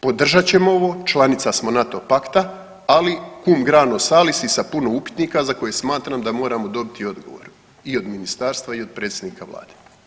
Podržat ćemo ovo, članica smo NATO pakta, ali cum grano salis i sa puno upitnika za koje smatram da moramo dobiti odgovore i od ministarstva i od predsjednika vlade.